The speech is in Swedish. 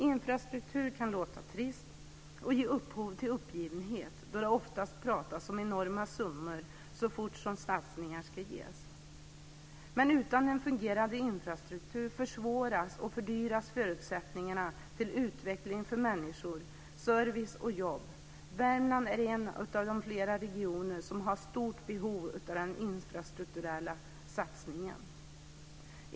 Infrastruktur kan låta trist och ge upphov till uppgivenhet då det oftast pratas om enorma summor så fort satsningar ska göras. Men utan en fungerande infrastruktur försvåras och fördyras förutsättningarna till utveckling för människor, service och jobb. Värmland är en av flera regioner som har stort behov av den infrastrukturella satsningen.